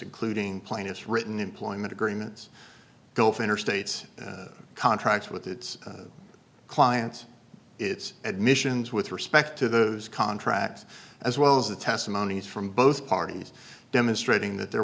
including plaintiff's written employment agreements gulf interstates contracts with its clients its admissions with respect to those contracts as well as the testimonies from both parties demonstrating that there